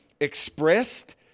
expressed